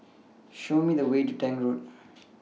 Show Me The Way to Tank Road